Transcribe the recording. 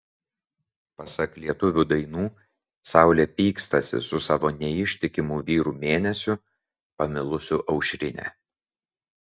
pasak lietuvių dainų saulė pykstasi su savo neištikimu vyru mėnesiu pamilusiu aušrinę